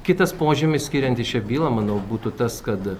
kitas požymis skiriantis šią bylą manau būtų tas kad